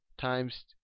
times